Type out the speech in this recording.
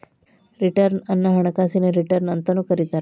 return ಅನ್ನ ಹಣಕಾಸಿನ return ಅಂತಾನೂ ಕರಿತಾರ